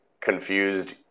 confused